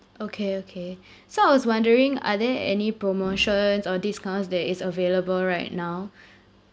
okay okay so I was wondering are there any promotions or discounts that is available right now